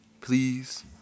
please